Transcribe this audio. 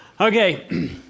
Okay